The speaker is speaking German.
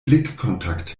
blickkontakt